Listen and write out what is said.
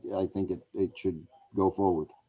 i think it it should go forward.